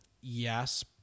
Yes